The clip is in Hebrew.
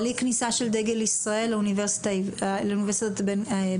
על אי כניסה של דגל ישראל לאוניברסיטת בן גוריון.